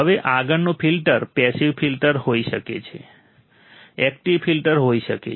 હવે આગળનું filters passive filter હોઈ શકે છે એકટીવ ફિલ્ટર હોઈ શકે છે